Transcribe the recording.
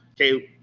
okay